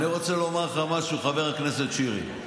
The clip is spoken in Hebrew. אני רוצה לומר לך משהו, חבר הכנסת שירי.